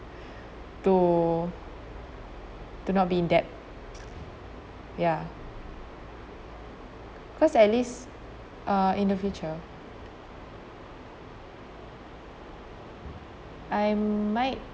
to to not be that ya cause at least uh in the future I might